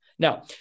Now